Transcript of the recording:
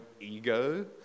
ego